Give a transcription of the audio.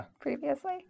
previously